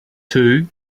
two